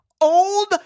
old